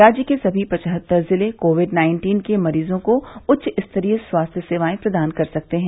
राज्य के सभी पचहत्तर जिले कोविड नाइन्टीन के मरीजों को उच्चस्तरीय स्वास्थ्य सेवाए प्रदान कर सकते हैं